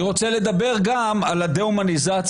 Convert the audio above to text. אני רוצה לדבר גם על הדה-הומניזציה.